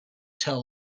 tell